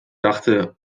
dachte